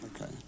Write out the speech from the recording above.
okay